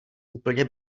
úplně